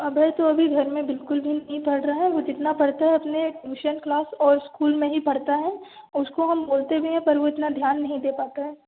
अभय तो अभी घर में बिल्कुल भी नहीं पढ़ रहा है वो जितना पढ़ता है अपने ट्यूशन क्लास और इस्कूल में ही पढ़ता है उसको हम बोलते भी हैं पर वो इतना ध्यान नहीं दे पाता है